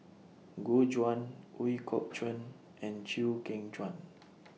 Gu Juan Ooi Kok Chuen and Chew Kheng Chuan